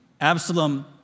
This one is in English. Absalom